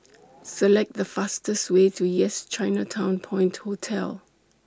Select The fastest Way to Yes Chinatown Point Hotel